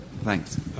thanks